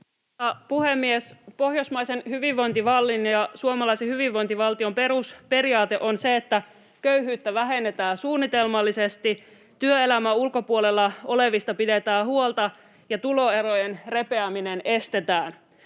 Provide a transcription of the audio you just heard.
Pohjoismaisen hyvinvointimallin ja suomalaisen hyvinvointivaltion perusperiaate on se, että köyhyyttä vähennetään suunnitelmallisesti, työelämän ulkopuolella olevista pidetään huolta ja tuloerojen repeäminen estetään.